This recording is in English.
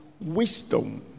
Wisdom